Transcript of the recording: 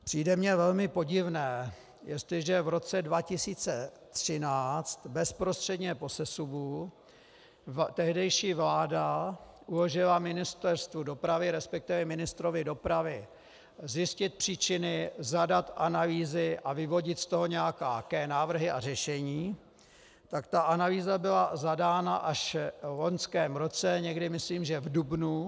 Přijde mi velmi podivné, jestliže v roce 2013 bezprostředně po sesuvu tehdejší vláda uložila Ministerstvu dopravy, resp. ministrovy dopravy, zjistit příčiny, zadat analýzy a vyvodit z toho nějaké návrhy a řešení, tak ta analýza byla zadána až v loňském roce, někdy myslím v dubnu.